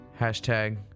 hashtag